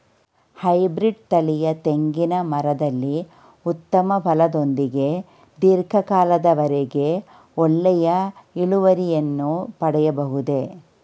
Hybrid ತಳಿಯ ತೆಂಗಿನ ಮರದಲ್ಲಿ ಉತ್ತಮ ಫಲದೊಂದಿಗೆ ಧೀರ್ಘ ಕಾಲದ ವರೆಗೆ ಒಳ್ಳೆಯ ಇಳುವರಿಯನ್ನು ಪಡೆಯಬಹುದೇ?